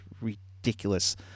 ridiculous